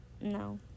No